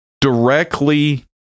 directly